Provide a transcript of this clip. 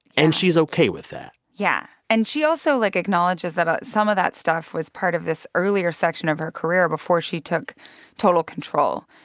and she's ok with that yeah. and she also, like, acknowledges that ah some of that stuff was part of this earlier section of her career before she took total control.